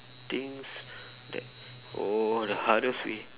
things that oh the hardest way